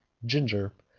ginger,